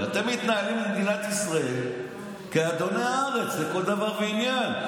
אתם מתנהלים במדינת ישראל כאדוני הארץ לכל דבר ועניין.